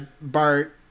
Bart